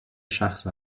شخص